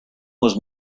was